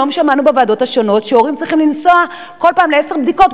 היום שמענו בוועדות השונות שהורים צריכים לנסוע כל פעם לעשר בדיקות,